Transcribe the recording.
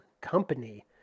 Company